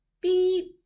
beep